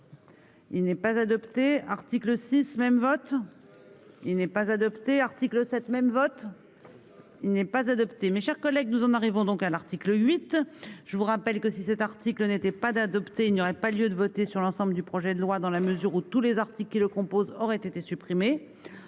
il n'est pas adopté article VI même vote il n'est pas adopté article cette même vote il n'est pas adopté, mes chers collègues, nous en arrivons donc à l'article 8 je vous rappelle que si cet article n'était pas d'adopter, il n'y aurait pas lieu de voter sur l'ensemble du projet de loi dans la mesure où tous les articles qui le composent, auraient été supprimé